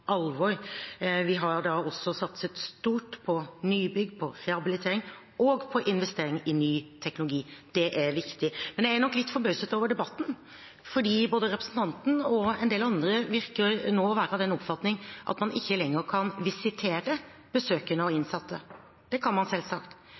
alvor. Vi har da også satset stort på nybygg, på rehabilitering og på investering i ny teknologi. Det er viktig. Men jeg er nok litt forbauset over debatten, for både representanten og en del andre virker nå å være av den oppfatning at man ikke lenger kan visitere besøkende og